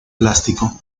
plástico